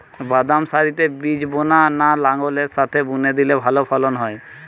বাদাম সারিতে বীজ বোনা না লাঙ্গলের সাথে বুনে দিলে ভালো ফলন হয়?